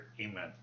amen